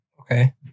Okay